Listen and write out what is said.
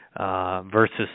versus